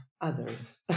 others